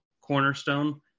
cornerstone